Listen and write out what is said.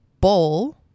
bowl